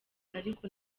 ariko